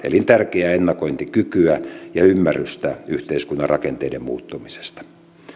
elintärkeää ennakointikykyä ja ymmärrystä yhteiskunnan rakenteiden muuttumisesta